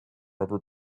rubber